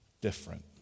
different